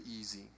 easy